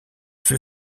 fut